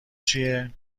چیه